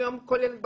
היום כל ילד בגן,